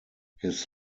his